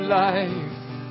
life